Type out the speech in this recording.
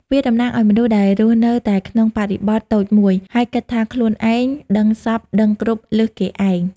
វាតំណាងឱ្យមនុស្សដែលរស់នៅតែក្នុងបរិបទតូចមួយ ហើយគិតថាខ្លួនឯងដឹងសព្វដឹងគ្រប់លើសគេឯង។